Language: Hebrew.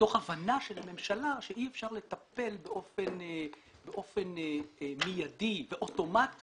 מתוך הבנה של הממשלה שאי אפשר לטפל באופן מיידי ואוטומטי